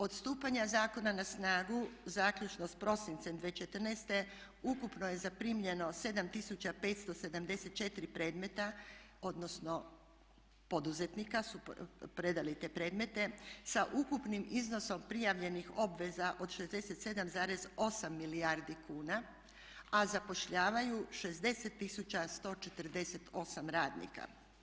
Odstupanja zakona na snagu zaključno s prosincem 2014.ukupno je zaprimljeno 7574 predmeta odnosno poduzetnici su predali te predmete sa ukupnim iznosom prijavljenih obveza od 67,8 milijardi kuna, a zapošljavaju 60 148 radnika.